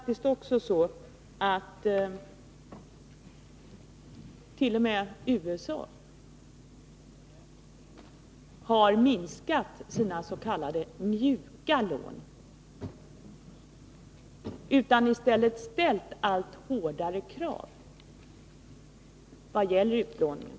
T. o. m. USA har minskat sina s.k. mjuka lån och i stället ställt allt hårdare krav när det gäller utlåningen.